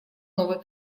новой